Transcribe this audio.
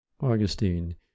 Augustine